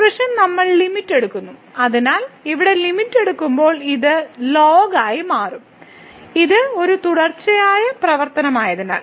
ഈ എക്സ്പ്രഷൻ നമ്മൾ ലിമിറ്റ് എടുക്കുന്നു അതിനാൽ ഇവിടെ ലിമിറ്റ് എടുക്കുമ്പോൾ ഇത് ln ആയി മാറും ഇത് ഒരു തുടർച്ചയായ പ്രവർത്തനമായതിനാൽ